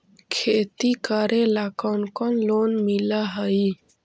खेती करेला कौन कौन लोन मिल हइ?